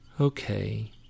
Okay